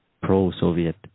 pro-Soviet